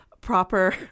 proper